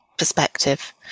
perspective